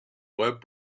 web